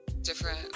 Different